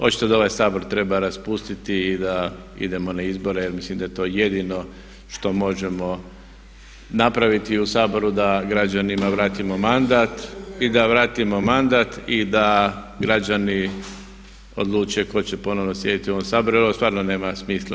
Očito da ovaj Sabor treba raspustiti i da idemo na izbore, jer mislim da je to jedino što možemo napraviti u Saboru da građanima vratimo mandat i da vratimo mandat i da građani odluče tko će ponovno sjediti u ovom Saboru jer ovo stvarno nema smisla.